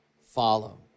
follow